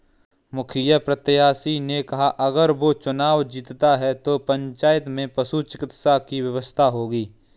मुखिया प्रत्याशी ने कहा कि अगर वो चुनाव जीतता है तो पंचायत में पशु चिकित्सा की व्यवस्था होगी